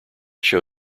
show